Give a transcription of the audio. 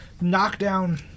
knockdown